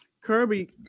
Kirby